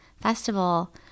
Festival